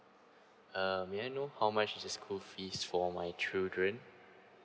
um may I know how much is the school fees for my children